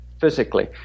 physically